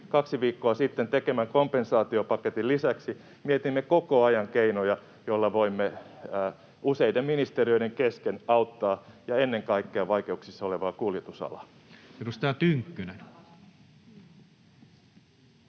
kaksi viikkoa sitten tekemän kompensaatiopaketin lisäksi mietimme koko ajan keinoja, joilla voimme useiden ministeriöiden kesken auttaa — ja ennen kaikkea vaikeuksissa olevaa kuljetusalaa.